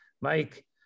Mike